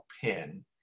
pin